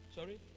Sorry